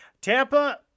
tampa